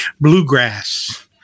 bluegrass